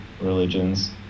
religions